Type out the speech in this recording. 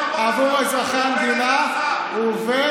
זו בדיוק הצעת החוק הזאת.